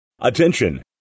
Attention